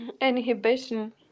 inhibition